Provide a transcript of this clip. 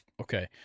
Okay